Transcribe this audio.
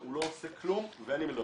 והוא לא עושה כלום ואין עם מי לדבר.